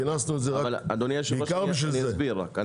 כינסנו את זה בעיקר לנושא הזה.